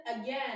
again